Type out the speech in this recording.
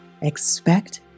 Expect